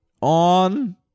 on